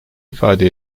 ifade